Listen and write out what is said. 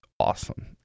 awesome